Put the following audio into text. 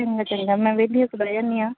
ਅਤੇ ਮੈਂ ਚੰਗਾ ਮੈਂ ਵਿਹਲੀ ਹੋ ਕੇ ਬਹਿ ਜਾਂਦੀ ਹਾਂ